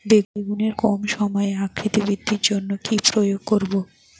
বেগুনের কম সময়ে আকৃতি বৃদ্ধির জন্য কি প্রয়োগ করব?